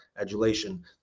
adulation